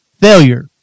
failure